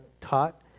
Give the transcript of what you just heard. taught